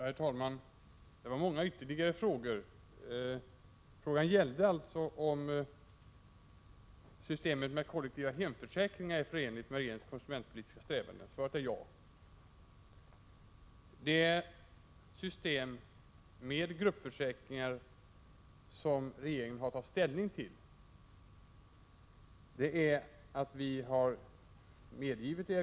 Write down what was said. Herr talman! Det var många ytterligare frågor. Frågan gällde alltså om systemet med kollektiva hemförsäkringar är förenligt med regeringens konsumentpolitiska strävanden. Svaret på den frågan är ja. Det är ett system med gruppförsäkringar som regeringen har tagit ställning till och medgivit.